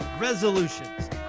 resolutions